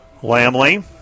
Lamley